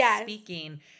speaking